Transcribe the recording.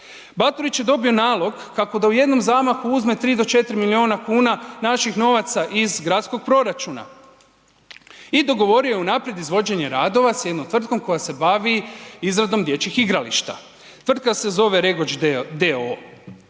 Baturić je dobio nalog kako da u jednom zamahu uzme 3 do 4 milijuna kuna naših novaca iz gradskog proračuna i dogovorio je unaprijed izvođenje radova sa jednom tvrtkom koja se bavi izradom dječjih igrališta. Tvrtka se zove Regoč d.o..